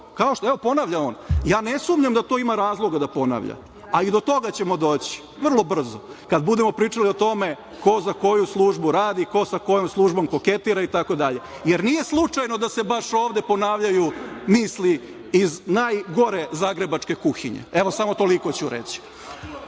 ovo, evo, ponavlja on. Ne sumnjam ja to da to ima razloga da ponavlja, a i do toga ćemo doći. Vrlo brzo, kad budemo pričali o tome ko za koju službu radi, ko sa kojom službom koketira, itd. Jer, nije slučajno da se baš ovde ponavljaju misli iz najgore zagrebačke kuhinje. Evo, samo toliko ću reći. Ono